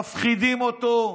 מפחידים אותו.